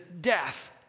death